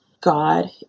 God